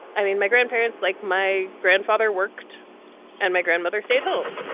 i mean my grandparents like my grandfather worked and my grandmother stayed home.